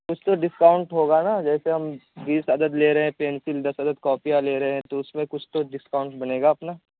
کچھ تو ڈسکاؤنٹ ہوگا نا جیسے ہم بیس عدد لے رہے ہیں پینسل دس عدد کاپیاں لے رہے ہیں تو اس میں کچھ تو ڈسکاؤنٹ بنے گا اپنا